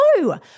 No